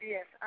Yes